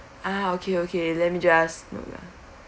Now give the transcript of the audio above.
ah okay okay let me just